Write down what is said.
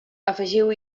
afegiu